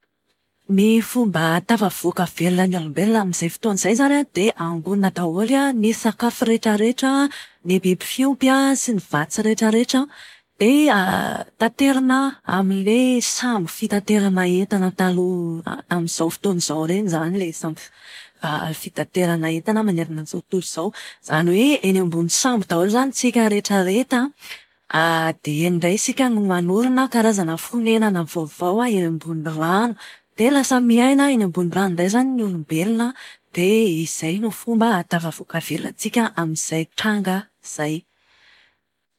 Ny fomba ahatafavoaka velona ny olombelon amin'izay fotoana izay izany an, dia angonina daholo ny sakafo rehetrarehetra, ny biby fiompy an sy ny vatsy rehetrarehetra an, dia taterina amin'ilay sambo fitaterana entana taloha amin'izao fotoana izao ireny izany ilay sambo fitaterana entana manerana an'izao tontolo izao. Izany hoe eny ambony sambo daholo izany isika rehetrarehetra an, dia eny indray isika no manorina karazana fonenana vaovao eny ambony rano. Dia lasa miaina eny ambony rano indray izany ny olombelona. Dia izay no fomba ahatafavoaka velona antsika amin'izay tranga izay.